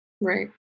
Right